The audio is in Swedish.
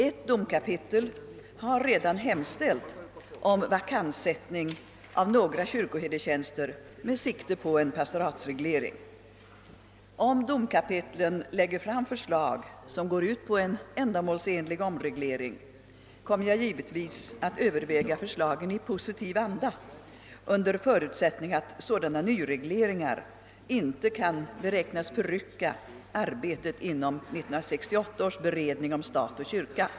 Ett domkapitel har redan hemställt om vakanssättning av några kyrkoherdetjänster med sikte på en pastoratsreglering. Om domkapitlen lägger fram förslag som går ut på en ändamålsenlig omreglering, kommer jag givetvis att överväga förslagen i positiv anda, under förutsättning att sådana nyregleringar inte kan beräknas förrycka arbetet inom 1968 års beredning om stat och kyrka.